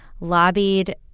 lobbied